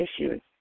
issues